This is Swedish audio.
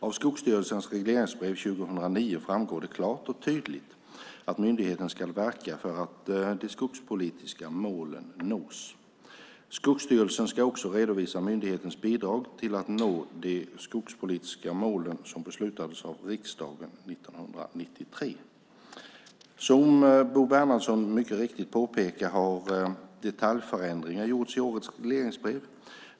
Av Skogsstyrelsens regleringsbrev 2009 framgår det klart och tydligt att myndigheten ska verka för att de skogspolitiska målen nås. Skogsstyrelsen ska också redovisa myndighetens bidrag till att nå de skogspolitiska målen som beslutades av riksdagen 1993. Som Bo Bernhardsson mycket riktigt påpekar har detaljförändringar gjorts i årets regleringsbrev.